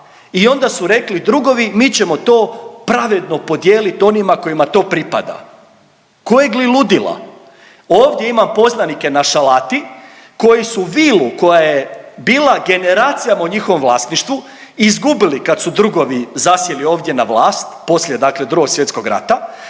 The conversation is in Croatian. i onda su rekli drugovi mi ćemo to pravedno podijeliti onima kojima to pripada. Kojeg li ludila. Ovdje imam poznanike na Šalati koji su vilu koja je bila generacijama u njihovom vlasništvu izgubili kad su drugovi zasjeli ovdje na vlast poslije dakle Drugog svjetskog rata